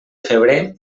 febrer